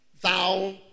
thou